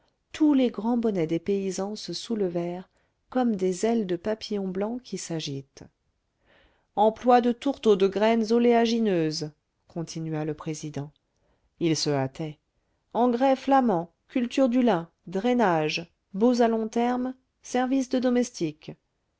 tous les grands bonnets des paysannes se soulevèrent comme des ailes de papillons blancs qui s'agitent emploi de tourteaux de graines oléagineuses continua le président il se hâtait engrais flamand culture du lin drainage baux à longs termes services de domestiques